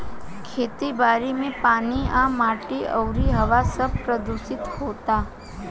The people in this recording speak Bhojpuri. खेती बारी मे पानी आ माटी अउरी हवा सब प्रदूशीत होता